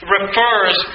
refers